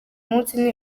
munsi